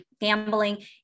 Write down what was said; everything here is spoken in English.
gambling